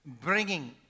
Bringing